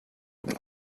und